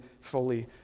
fully